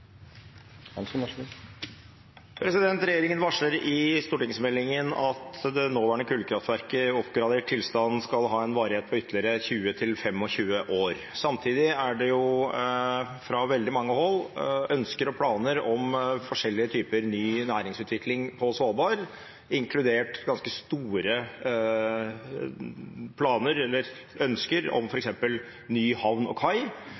Regjeringen varsler i stortingsmeldingen at det nåværende kullkraftverket i oppgradert tilstand skal ha en varighet på ytterligere 20–25 år. Samtidig er det fra veldig mange hold ønsker og planer om forskjellige typer ny næringsutvikling på Svalbard, inkludert ganske store ønsker om f.eks. ny havn og kai